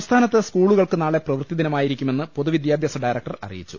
സംസ്ഥാനത്ത് സ്കൂളുകൾക്ക് നാളെ പ്രവൃത്തിദിനമായിരിക്കു മെന്ന് പൊതുവിദ്യാഭ്യാസ ഡയറക്ടർ അറിയിച്ചു